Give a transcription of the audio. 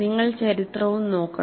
നിങ്ങൾ ചരിത്രവും നോക്കണം